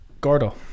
Gordo